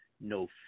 no